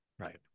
Right